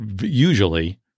usually